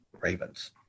Ravens